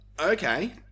Okay